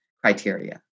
criteria